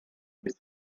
with